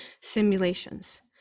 simulations